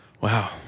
Wow